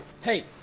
hey